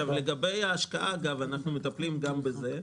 לגבי ההשקעה אנחנו מטפלים גם בזה,